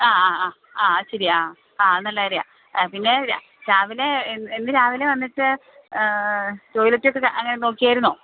ആ ആ ആ ആ ശരിയാണ് ആ അത് നല്ല കാര്യമാണ് പിന്നെ രാവിലെ ഇന്ന് രാവിലെ വന്നിട്ട് ടോയ്ലറ്റൊക്കെ അങ്ങനെ നോക്കിയായിരുന്നോ